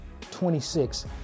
26